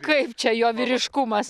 kaip čia jo vyriškumas